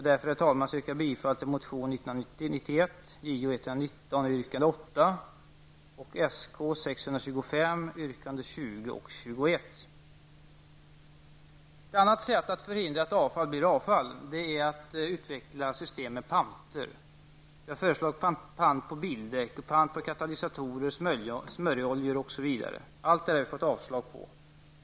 Därför yrkar jag bifall till motion 1990/91:Jo119 yrkande 8 och Ett annat sätt att förhindra att avfall blir avfall är att utveckla system med panter. Vi har föreslagit pant på bildäck, katalysatorer, smörjoljor, osv. Utskottet har avstyrkt allt detta.